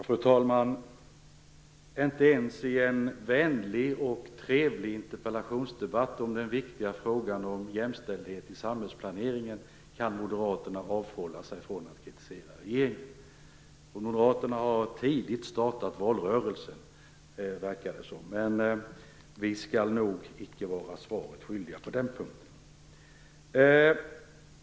Fru talman! Inte ens i en vänlig och trevlig interpellationsdebatt om den viktiga frågan jämställdhet i samhällsplaneringen kan moderaterna avhålla sig från att kritisera regeringen. Det verkar som om moderaterna har startat valrörelsen tidigt, men vi skall nog inte bli svaret skyldiga på den punkten.